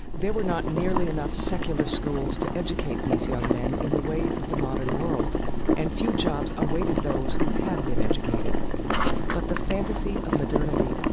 there were not nearly enough secular schools to educate these young men in the ways of the modern world and few jobs awaited those who had been educated but the fantasy of modernity,